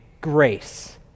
grace